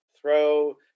throw